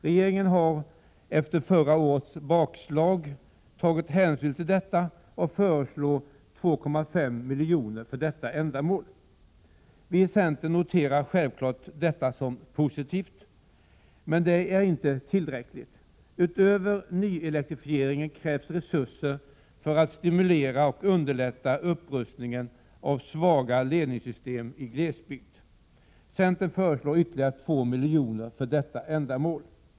Regeringen har efter förra årets bakslag tagit hänsyn till detta och föreslår ett anslag på 2,5 milj.kr. för detta ändamål. Vii centern noterar självfallet detta som positivt, men det är inte tillräckligt. Utöver nyelektrifiering krävs resurser för att stimulera och underlätta upprustningen av svaga ledningssystem i glesbygd. Centern föreslår ytterligare 2 milj.kr. för detta ändamål.